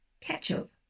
Ketchup